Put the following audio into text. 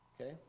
okay